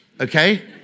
Okay